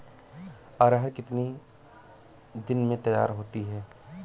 अरहर कितनी दिन में तैयार होती है?